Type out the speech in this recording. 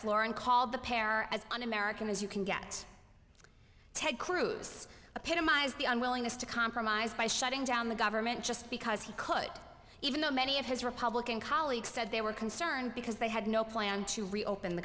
floor and called the pair as un american as you can get ted cruz a pit in my eyes the unwillingness to compromise by shutting down the government just because he could even though many of his republican colleagues said they were concerned because they had no plan to reopen the